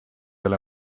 ole